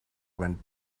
went